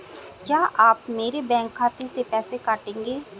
क्या आप मेरे बैंक खाते से पैसे काटेंगे?